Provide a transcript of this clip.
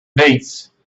vase